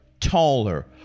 taller